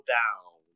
down